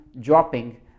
dropping